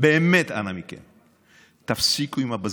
באמת אנא מכם, תפסיקו עם הבזבזנות.